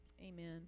amen